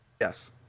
Yes